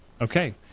Okay